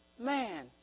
man